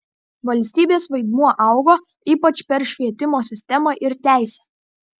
valstybės vaidmuo augo ypač per švietimo sistemą ir teisę